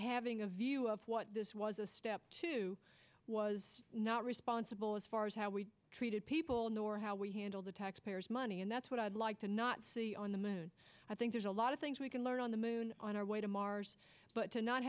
having a view of what this was a step too was not responsible as far as how we treated people nor how we handled the taxpayers money and that's what i'd like to not see on the moon i think there's a lot of things we can learn on the moon on our way to mars but to not